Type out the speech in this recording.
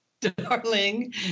Darling